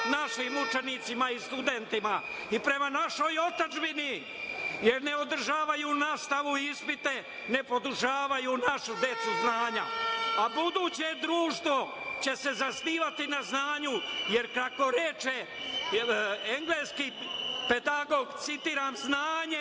našim učenicima i studentima i prema našoj otadžbini, jer ne održavaju nastavu, ispite, ne podržavaju našu decu znanja, a buduće društvo će se zasnivati na znanju, jer kako reče engleski pedagog, citiram – „znanje